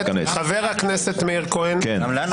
חברת הכנסת דבי ביטון, תודה.